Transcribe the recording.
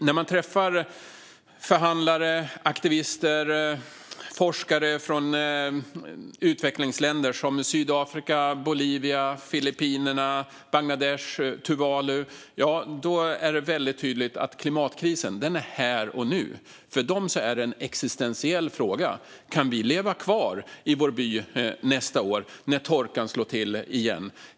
När man träffar förhandlare, aktivister och forskare från utvecklingsländer som Sydafrika, Bolivia, Filippinerna, Bangladesh och Tuvalu är det väldigt tydligt att klimatkrisen är här och nu. För dem är det en existentiell fråga: Kan vi leva kvar i vår by nästa år, när torkan slår till igen?